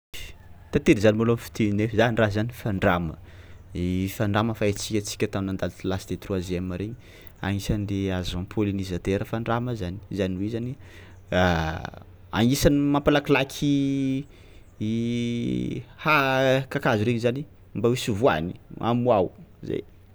Tantely zany malôha fiteninay zany raha zany fandrama, i fandrama fa haintsika antsika tamin'ny nandalo classe de troisième regny agnisan'le agent pollinisateur fandrama zany, zany hoe zany agnisan'ny mampalakilaky ha- kakazo regny zany mba ho hisy voàny hamoao zay.